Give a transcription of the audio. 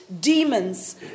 demons